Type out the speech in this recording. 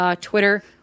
Twitter